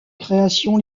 création